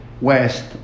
west